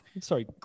Sorry